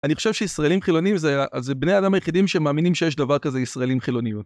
אני חושב שישראלים חילוניים זה בני האדם היחידים שמאמינים שיש דבר כזה ישראלים חילוניים.